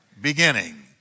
beginning